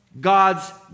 God's